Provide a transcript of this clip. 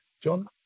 John